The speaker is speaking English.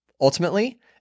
ultimately